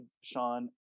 Sean